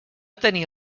tenir